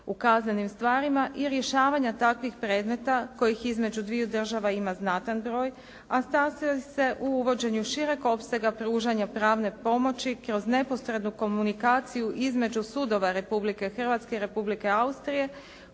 kaznenim stvarima i rješavanja takvih predmeta kojih između dviju država ima znatan broj, a sastoji se u uvođenju šireg opsega pružanja pravne pomoći kroz neposrednu komunikaciju između sudova Republike Hrvatske i Republike Austrije,